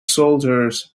soldiers